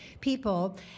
people